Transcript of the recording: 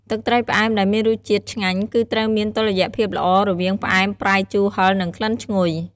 ទឹកត្រីផ្អែមដែលមានរសជាតិឆ្ងាញ់ គឺត្រូវមានតុល្យភាពល្អរវាង ផ្អែម ប្រៃ ជូរ ហិរ និងក្លិនឈ្ងុយ។